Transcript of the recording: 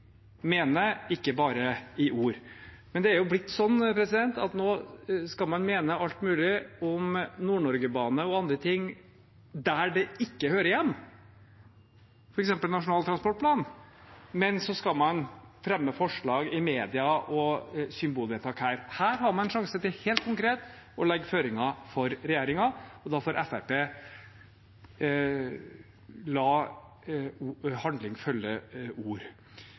ikke bare i ord. Det har jo blitt sånn at man nå skal mene alt mulig om Nord-Norgebane og andre ting der det ikke hører hjemme, som f.eks. i Nasjonal transportplan. Så skal man fremme forslag i media og ha symbolvedtak her. Her har man en sjanse til helt konkret å legge føringer for regjeringen, og da får Fremskrittspartiet la handling følge ord.